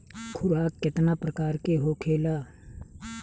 खुराक केतना प्रकार के होखेला?